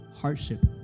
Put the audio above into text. hardship